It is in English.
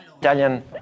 Italian